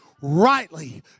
rightly